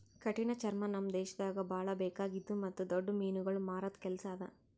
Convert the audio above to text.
ಕಠಿಣ ಚರ್ಮ ನಮ್ ದೇಶದಾಗ್ ಭಾಳ ಬೇಕಾಗಿದ್ದು ಮತ್ತ್ ದೊಡ್ಡ ಮೀನುಗೊಳ್ ಮಾರದ್ ಕೆಲಸ ಅದಾ